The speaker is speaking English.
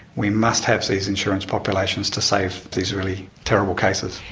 we must have these insurance populations to save these really terrible cases.